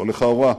לא לכאורה,